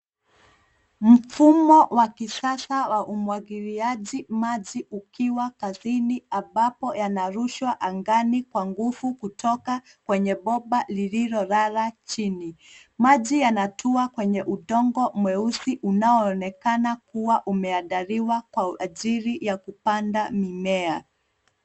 Mfumo wa kisasa wa umwagiliaji maji ukiwa kazini ambapo yanarushwa angani kwa nguvu kutoka kwenye bomba lililolala chini. Maji yanatua kwenye udongo mweusi unaoonekana kuwa umeandaliwa kwa ajili ya kupanda mimea.